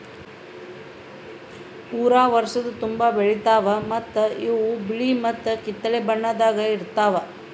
ಪೂರಾ ವರ್ಷದ ತುಂಬಾ ಬೆಳಿತಾವ್ ಮತ್ತ ಇವು ಬಿಳಿ ಮತ್ತ ಕಿತ್ತಳೆ ಬಣ್ಣದಾಗ್ ಇರ್ತಾವ್